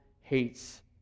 hates